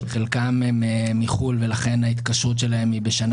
חלקם הם מחו"ל ולכן ההתקשרות שלהם היא בשנה